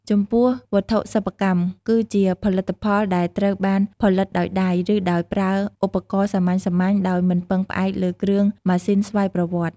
ចំពោះ វត្ថុសិប្បកម្ម គឺជាផលិតផលដែលត្រូវបានផលិតដោយដៃ ឬដោយប្រើឧបករណ៍សាមញ្ញៗ ដោយមិនពឹងផ្អែកលើគ្រឿងម៉ាស៊ីនស្វ័យប្រវត្តិ។